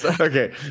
okay